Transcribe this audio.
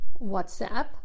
WhatsApp